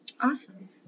Awesome